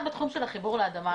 אחד בתחום של החיבור לאדמה.